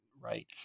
right